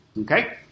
Okay